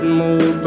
more